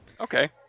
Okay